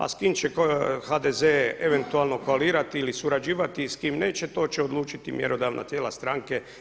A s kim će HDZ-e eventualno koalirati ili surađivati, s kim neće, to će odlučiti mjerodavna tijela stranke.